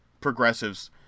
progressives